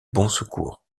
bonsecours